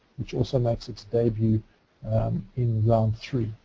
which also makes its debut in round three.